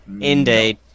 Indeed